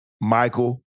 Michael